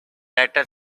later